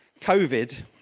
COVID